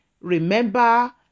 Remember